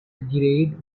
grade